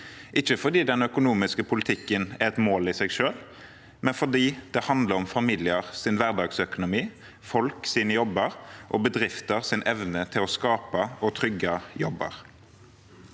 ikke fordi den økonomiske politikken er et mål i seg selv, men fordi det handler om familiers hverdagsøkonomi, folks jobber og bedriftenes evne til å skape og trygge jobber.